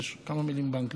כמה מילים באנגלית: